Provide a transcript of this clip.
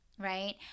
right